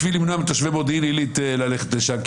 בשביל למנוע מתושבי מודיעין עילית ללכת לשם,